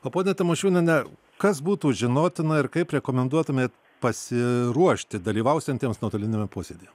o ponia tamošiūniene kas būtų žinotina ir kaip rekomenduotumėt pasiruošti dalyvausiantiems nuotoliniame posėdyje